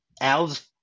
Al's